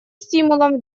стимулом